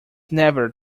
never